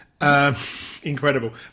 Incredible